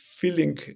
feeling